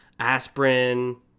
Aspirin